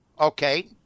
okay